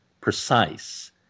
precise